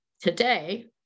today